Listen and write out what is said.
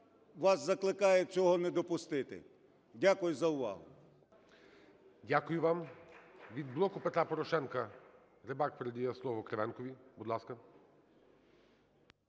вас закликаю цього не допустити. Дякую за увагу. ГОЛОВУЮЧИЙ. Дякую вам. Від "Блоку Петра Порошенка" Рибак передає слово Кривенкові. Будь ласка.